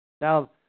Now